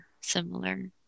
similar